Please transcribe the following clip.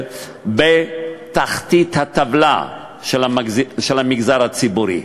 נמצא בתחתית הטבלה של המגזר הציבורי,